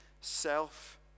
self